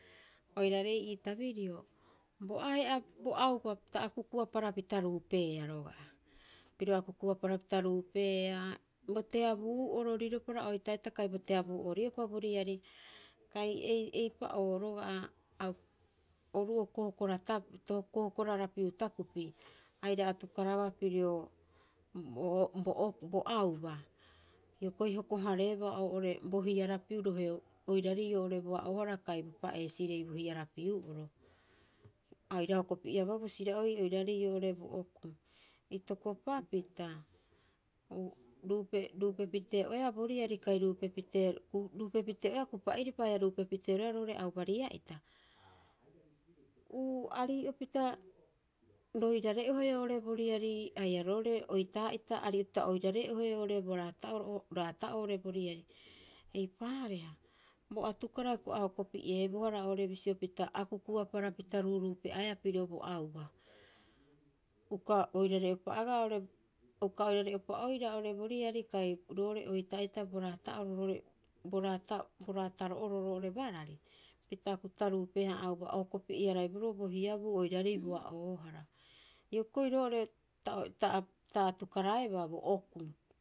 Oiraarei ii tbirio bo ahe'a bo auba ta akukuaparapita ruupeea roga'a. Piro akukuaparapita ruupeea, bo teabuu'oro riropara oitaa'ita kai bo teabuu'oo riopa bo riari. Kai ei- ei eipa'oo roga'a au oru'oo kookora, kookorarapi takupi aira atukarabaa pirio bo o bo oku bo auba. Hioko'i hoko- hareeba oo'ore bo hiarapiu- iraarei oo'ore bo a'oohara kai bo pa'eesirei bo hiarapiu'oro. A oira hokopi'ebaa bo sira'oi oiraarei oo'ore bo okuu. Itokopapita uu, ruupee ruupe pitee'oeaa boriari kai ruupe pitee ruupe pitee'oeaa kupa'iripa haia ruupe piteeroea roo'ore aubaria'ita uu arii'opita roirare'ohe oo'ore bo riari haia roo'ore oitaa'ita arii'opita oirare'ohe oo'ore bo raata'oro, bo raata'oo oo'ore boriari. Eipaareha, bo atukara hioko'i a hokopi'eebohara oo'ore bisio pita akukuaparapita ruuruupe'aea pirio bo auba. Uka oirare'upa agaa oo'ore, uka oirare'upa oira oo'ore bo riari, kai roo'ore oitaa'ita bo raata'oro ro'ore- bo raa- bo raataro'ore barari pita akukupita ruupee- haa'aauba o hokopi'e- haraiboroo bo hiabuu oiraarei bo a'oohara. Hioko'i roo'ore ta- ta- ta atukaraebaa bo okuu.